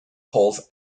holes